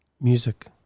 Music